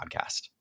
Podcast